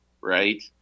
right